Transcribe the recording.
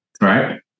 right